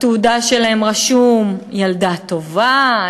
בתעודה שלהם רשום ילדה טובה,